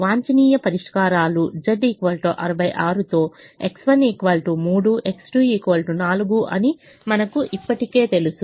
వాంఛనీయ పరిష్కారాలు Z 66 తో X1 3 X2 4 అని మనకు ఇప్పటికే తెలుసు